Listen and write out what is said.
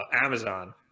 Amazon